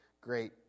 great